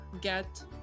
get